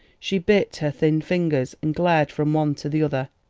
she bit her thin fingers, and glared from one to the other.